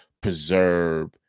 preserve